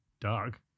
dark